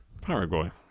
Paraguay